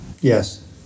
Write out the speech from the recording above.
Yes